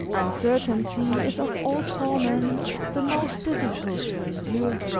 uncertainty is of all torments, the most difficult to endure,